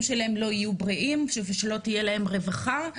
שלהם לא יהיו בריאים ולא תהיה להם רווחה,